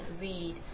read